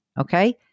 Okay